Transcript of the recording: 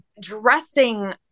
dressing